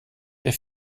der